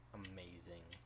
amazing